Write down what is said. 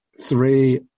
three